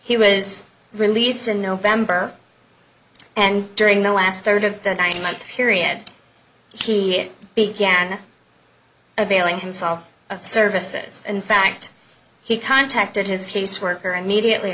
he was released in november and during the last third of the nine month period he began availing himself of services in fact he contacted his case worker immediately